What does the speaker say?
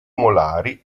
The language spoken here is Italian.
molari